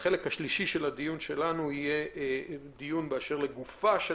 החלק השלישי של הדיון יכלול דיון באשר לגופה של